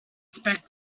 expect